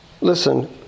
listen